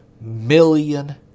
million